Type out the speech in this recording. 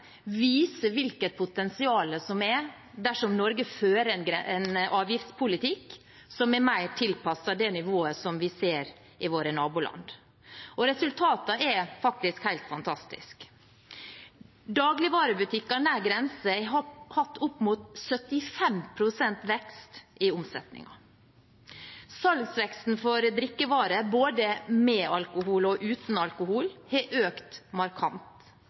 viser hvilket potensial som er dersom Norge fører en avgiftspolitikk som er mer tilpasset nivået vi ser i våre naboland. Resultatet er faktisk helt fantastisk. Dagligvarebutikker nær grensen har hatt opp mot 75 pst. vekst i omsetning. Salgsveksten for drikkevarer både med og uten alkohol har økt markant.